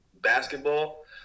basketball